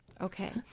Okay